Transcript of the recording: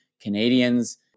Canadians